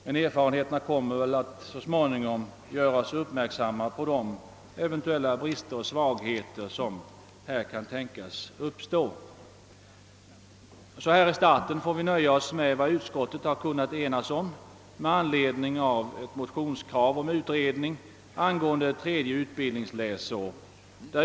Men erfarenheterna kommer så småningom att göra oss uppmärksamma på de eventuella brister och svagheter som här kan tänkas uppstå. Så här i starten får vi nöja oss med vad utskottet har kunnat enas om med anledning av ett motionskrav om utredning angående ett tredje utbildningsläsår.